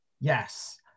Yes